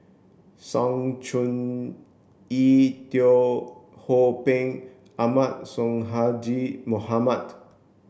Sng Choon Yee Teo Ho Pin Ahmad Sonhadji Mohamad